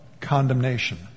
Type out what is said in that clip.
condemnation